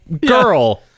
girl